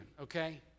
Okay